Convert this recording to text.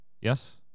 Yes